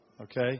okay